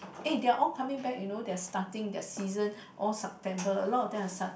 eh they are all coming back you know their starting their season all September a lot of them are start